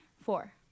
Four